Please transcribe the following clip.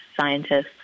scientists